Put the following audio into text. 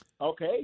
okay